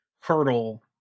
hurdle